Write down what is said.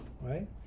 right